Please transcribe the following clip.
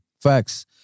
Facts